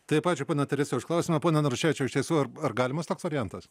taip ačiū pone terese už klausimą pono naruševičiau iš tiesų ar galimas toks variantas